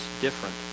different